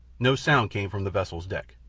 no sound came from the vessel's deck.